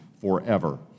forever